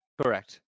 Correct